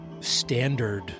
standard